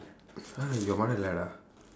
!huh! your mother let ah